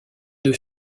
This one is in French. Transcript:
deux